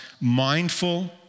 mindful